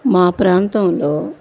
మా ప్రాంతంలో